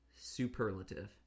superlative